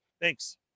Thanks